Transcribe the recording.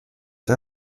der